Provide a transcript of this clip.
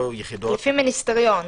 לפי מיניסטריון,